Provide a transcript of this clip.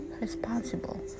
responsible